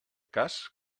cas